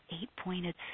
eight-pointed